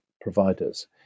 providers